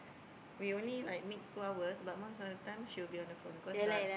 we only like meet two hours but most of the time she will be on the phone because like